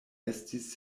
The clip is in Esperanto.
estis